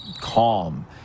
calm